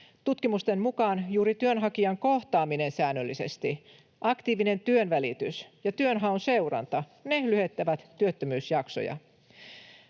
Tutkimusten mukaan juuri työnhakijan kohtaaminen säännöllisesti, aktiivinen työnvälitys ja työnhaun seuranta lyhentävät työttömyysjaksoja.